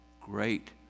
great